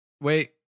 wait